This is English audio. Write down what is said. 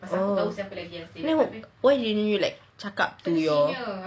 oh then why didn't you like cakap to your